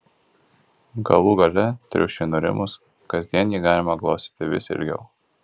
galų gale triušiui nurimus kasdien jį galima glostyti vis ilgiau